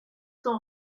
sont